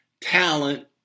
talent